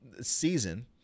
season